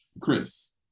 Chris